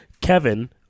Kevin